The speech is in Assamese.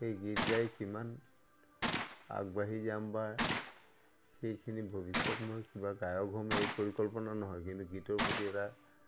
সেই গীত গাই কিমান আগবাঢ়ি যাম বা সেইখিনি ভৱিষ্যত মই কিবা গায়ক হ'ম এই পৰিকল্পনা নহয় কিন্তু গীতৰ প্ৰতি এটা